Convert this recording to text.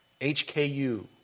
HKU